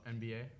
NBA